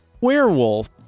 werewolf